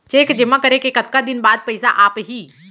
Cheque जेमा करे के कतका दिन बाद पइसा आप ही?